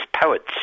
poets